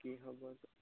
কি